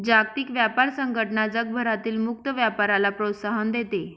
जागतिक व्यापार संघटना जगभरातील मुक्त व्यापाराला प्रोत्साहन देते